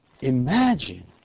imagine